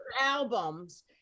albums